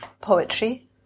poetry